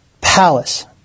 palace